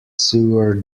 sewer